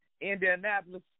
Indianapolis